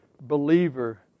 believer